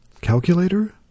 calculator